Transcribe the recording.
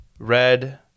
Red